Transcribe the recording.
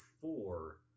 four